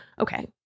okay